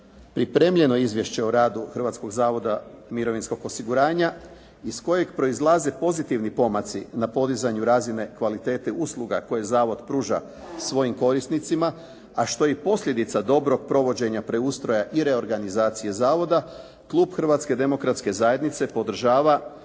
pripremljeno izvješće o radu Hrvatskog zavoda mirovinskog osiguranja iz kojeg proizlaze pozitivni pomaci na podizanju razine kvalitete usluga koje zavod pruža svojim korisnicama a što je i posljedica dobrog provođenja preustroja i reorganizacije zavoda Klub Hrvatske demokratske zajednice podržava